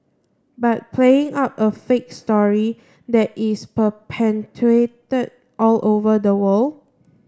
but playing up a fake story that is all over the world